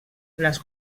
les